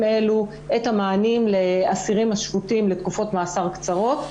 אלו את המענים לאסירים השופטים לתקופות מאסר קצרות,